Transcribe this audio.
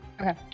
Okay